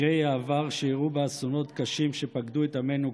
מקרי העבר שאירעו ואסונות קשים שפקדו את עמנו,